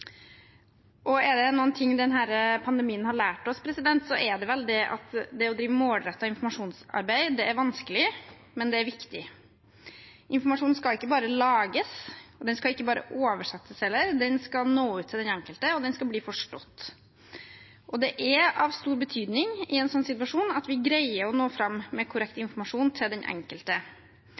Er det noe denne pandemien har lært oss, er det vel at det å drive målrettet informasjonsarbeid er vanskelig, men viktig. Informasjon skal ikke bare lages og oversettes; den skal også nå ut til den enkelte og bli forstått. Det er av stor betydning i en slik situasjon at vi greier å nå fram med korrekt informasjon til den enkelte.